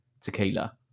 tequila